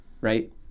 right